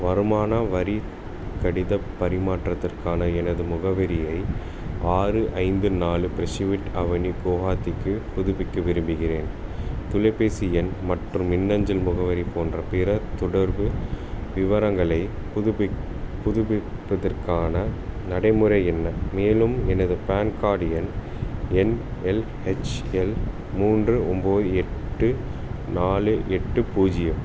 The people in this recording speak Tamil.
வருமான வரி கடிதப் பரிமாற்றத்திற்கான எனது முகவரியை ஆறு ஐந்து நாலு பிர்ச்சிவிட் அவென்யூ குவஹாத்திக்கு புதுப்பிக்க விரும்புகிறேன் தொலைப்பேசி எண் மற்றும் மின்னஞ்சல் முகவரி போன்ற பிற தொடர்பு விவரங்களைப் புதுப்பிப் புதுப்பிப்பதற்கான நடைமுறை என்ன மேலும் எனது பான் கார்டு எண் என் எல் ஹெச் எல் மூன்று ஒம்போது எட்டு நாலு எட்டு பூஜ்ஜியம்